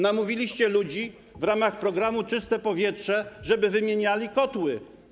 Namówiliście ludzi w ramach programu ˝Czyste powietrze˝, żeby wymieniali kotły.